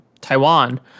taiwan